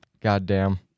Goddamn